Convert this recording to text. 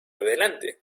adelante